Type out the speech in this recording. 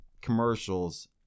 commercials